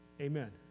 Amen